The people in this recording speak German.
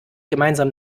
gemeinsam